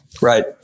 Right